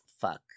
fuck